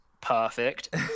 perfect